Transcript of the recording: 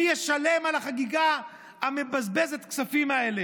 מי ישלם על החגיגה מבזבזת הכספים הזאת?